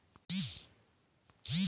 गरवा रा खवाए बर कोन चारा बने हावे?